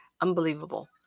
unbelievable